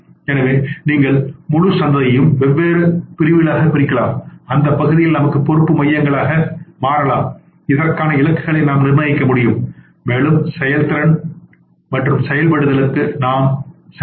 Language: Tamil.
எனவே நீங்கள் முழு சந்தையையும் வெவ்வேறு பிரிவுகளாகப் பிரிக்கலாம் அந்த பகுதிகள் நமக்கு பொறுப்பு மையங்களாக மாறலாம் அதற்கான இலக்குகளை நாம் நிர்ணயிக்க முடியும் மேலும் செயல்திறன் மற்றும் செயல்படுத்தலுக்கு நாம் செல்லலாம்